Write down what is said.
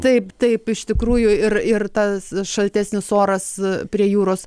taip taip iš tikrųjų ir ir tas šaltesnis oras prie jūros